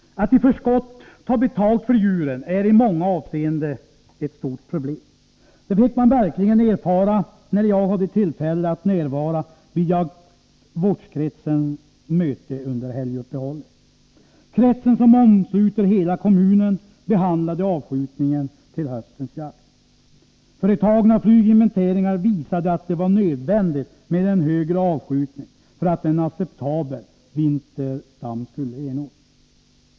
Att i förskott ta betalt för djuren är i många avseenden ett stort problem. Det fick jag verkligen erfara när jag hade tillfälle att närvara vid jaktvårdskretsens möte under helguppehållet. Kretsen, som omsluter hela kommunen, behandlade avskjutningen vid höstens jakt. Företagna flyginventeringar visade att det var nödvändigt med en större avskjutning för att en acceptabel vinterstam skulle ernås.